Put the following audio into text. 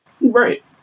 Right